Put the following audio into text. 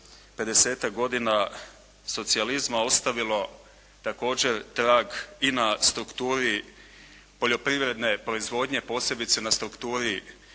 godina socijalizma ostavilo također trag i na strukturi poljoprivredne proizvodnje, posebice na strukturi